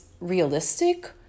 realistic